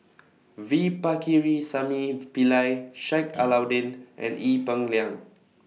V Pakirisamy Pillai Sheik Alau'ddin and Ee Peng Liang